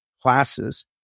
classes